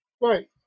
Right